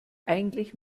eigentlich